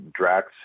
Drax